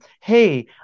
hey